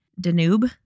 Danube